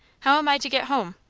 how am i to get home?